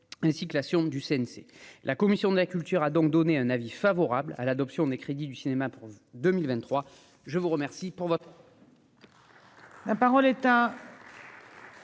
ainsi que la sonde du CNC, la commission de la culture, a donc donné un avis favorable à l'adoption des crédits du cinéma pour 2023 je vous remercie pour votre. La parole est à.